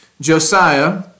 Josiah